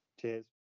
Cheers